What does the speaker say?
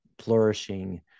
flourishing